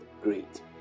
Great